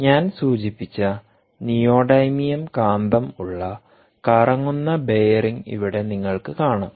ഞാൻ സൂചിപ്പിച്ച നിയോഡീമിയം കാന്തം ഉള്ള കറങ്ങുന്ന ബെയറിംഗ് ഇവിടെ നിങ്ങൾക്ക് കാണാം